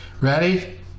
Ready